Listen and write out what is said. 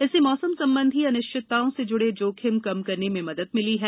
इससे मौसम संबंधी अनिश्चिताओं से जुडे जोखिम कम करने में मदद मिली है